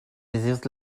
receives